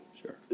sure